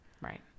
Right